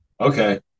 okay